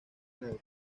negro